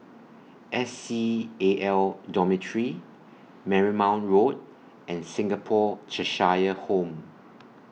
S C A L Dormitory Marymount Road and Singapore Cheshire Home